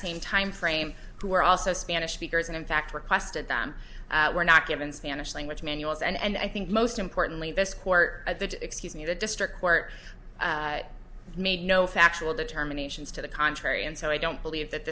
same timeframe who were also spanish speakers and in fact requested them were not given spanish language manuals and i think most importantly this court at the excuse me the district court made no factual determinations to the contrary and so i don't believe that